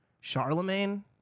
Charlemagne